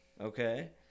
okay